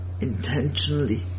intentionally